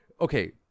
Okay